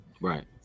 right